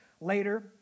later